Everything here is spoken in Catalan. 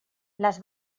les